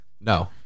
No